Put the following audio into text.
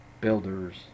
builders